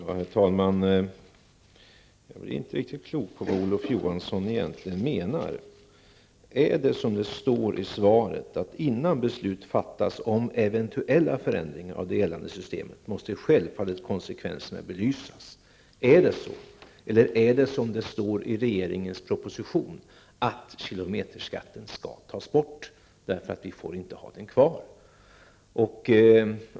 Herr talman! Jag blir inte riktigt klok på vad Olof Johansson egentligen menar. Är det som det står i svaret: ''Innan beslut fattas om eventuella förändringar av det gällande systemet måste självfallet konsekvenserna belysas''. Är det så, eller förhåller det sig som det står i regeringens proposition, nämligen att kilometerskatten skall tas bort, eftersom vi inte får ha den kvar?